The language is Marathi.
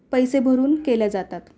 पैसे भरून केले जातात